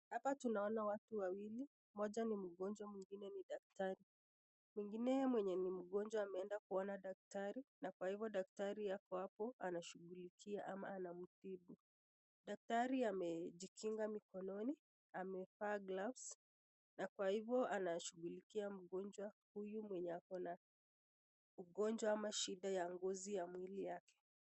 Hapa tunaona watu wawili, mmoja ni mgonjwa mwingine ni daktari, mwingine mwenye ni mgonjwa ameenda kuona daktari na kwa hivo daktari ako hapo anashughulikia ama anamtibu, daktari amejikinga mkononi, amevaa gloves na kwa hivo anashughulikia mgonjwa huyu mwenye ako na ugonjwa ma shida ya ngozi ya mwili yake.